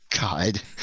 God